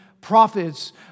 prophets